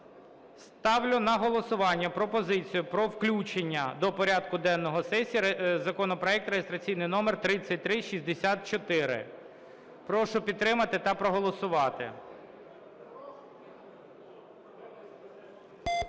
Ставлю на голосування пропозицію про включення до порядку денного сесії законопроект реєстраційний номер 3364. Прошу підтримати та проголосувати.